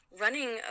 Running